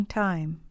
time